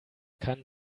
kann